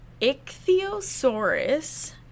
ichthyosaurus